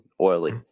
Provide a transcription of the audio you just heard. oily